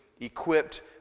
equipped